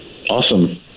Awesome